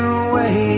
away